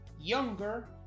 younger